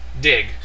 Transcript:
Dig